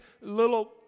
little